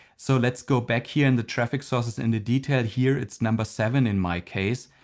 so let's go back here in the traffic sources. in the details here it's number seven in my case.